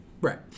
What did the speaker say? right